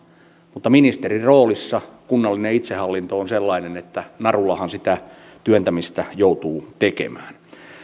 mutta ministerin roolissa kunnallinen itsehallinto on sellainen että narullahan sitä työntämistä joutuu tekemään